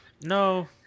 no